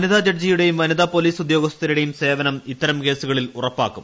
വനിതാ ജഡ്ജിയുടെയും വനിതാ പോലീസ് ഉദ്യോഗസ്ഥരുടെയും സേവനം ഇത്തരം കേസുകളിൽ ഉറപ്പാക്കും